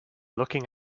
looking